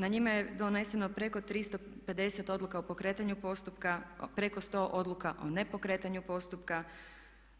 Na njima je doneseno preko 350 odluka o pokretanju postupka, preko 100 odluka o nepokretanju postupka,